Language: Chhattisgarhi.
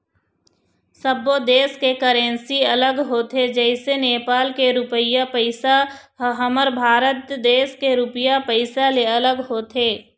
सब्बो देस के करेंसी अलग होथे जइसे नेपाल के रुपइया पइसा ह हमर भारत देश के रुपिया पइसा ले अलग होथे